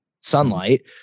sunlight